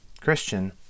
Christian